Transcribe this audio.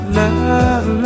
love